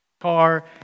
car